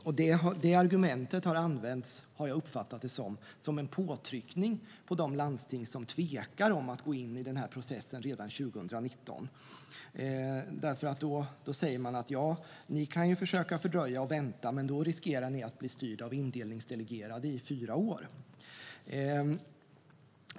Jag har uppfattat det som att detta argument har använts som påtryckning mot de landsting som tvekar om att gå in i den här processen redan 2019. Man säger: Ja, ni kan försöka fördröja och vänta, men då riskerar ni att bli styrda av indelningsdelegerade i fyra år.